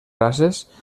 races